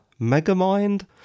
Megamind